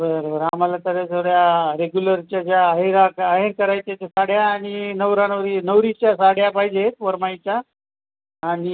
बरं बरं आम्हाला तर सगळ्या रेग्युलरच्या ज्या आहेर आहेर करायच्या ज्या साड्या आणि नवरानवरी नवरीच्या साड्या पाहिजे वरमाईच्या आणि